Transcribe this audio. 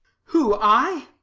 who, i?